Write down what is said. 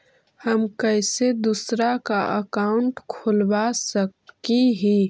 हम कैसे दूसरा का अकाउंट खोलबा सकी ही?